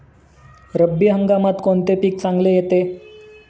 रब्बी हंगामात कोणते पीक चांगले येते?